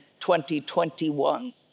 2021